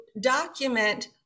document